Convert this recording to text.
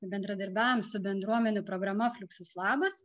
bendradarbiavom su bendruomenių programa fliuksus labas